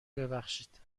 ببخشید